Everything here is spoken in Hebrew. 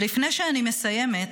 ולפני שאני מסיימת,